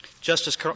Justice